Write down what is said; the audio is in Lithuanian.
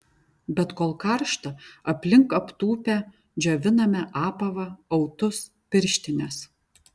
bet kol karšta aplink aptūpę džioviname apavą autus pirštines